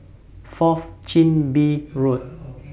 Fourth Chin Bee Road